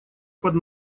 под